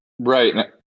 right